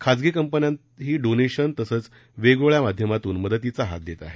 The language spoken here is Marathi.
खाजगी कंपन्याही डोनेशन तसंच वेगवेगळ्या माध्यमातून मदतीचा हात देत आहेत